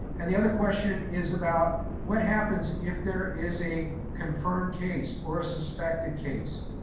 and the other question is about what happens if there is a confirmed case or a suspected case,